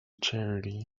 charity